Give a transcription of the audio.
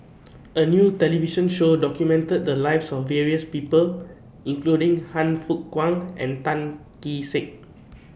A New television Show documented The Lives of various People including Han Fook Kwang and Tan Kee Sek